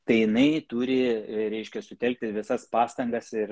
tai jinai turi reiškia sutelkti visas pastangas ir